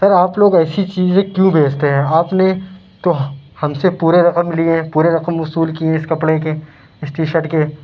سر آپ لوگ ایسی چیزیں کیوں بیچتے ہیں آپ نے تو ہم سے پورے رقم لیے پورے رقم وصول كیے اِس كپڑے كے اِس ٹی شرٹ كے